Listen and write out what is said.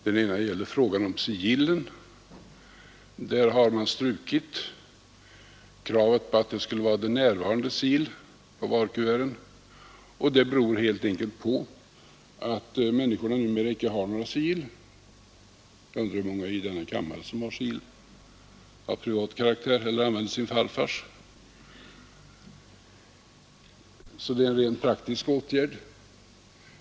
Den ena gäller frågan om sigill. Där har kravet på att det skulle vara de närvarandes sigill på valkuvertet strukits. Detta beror helt enkelt på att människor numera inte har några sigill. Jag undrar hur många det är i denna kammare som har sigill av privat karaktär eller använder sin farfars? Det är alltså en rent praktisk åtgärd.